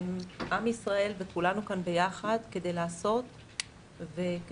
הם עם ישראל וכולנו כאן ביחד כדי לעשות וכדי